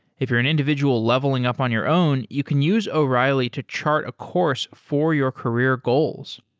if you're an individual leveling up on your own, you can use o'reilly to chart a course for your career goals.